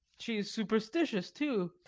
she is superstitious, too.